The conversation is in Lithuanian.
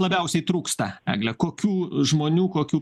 labiausiai trūksta egle kokių žmonių kokių